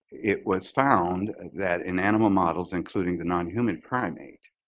it was found that in animal models including the nonhuman primate,